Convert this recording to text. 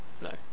No